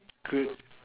good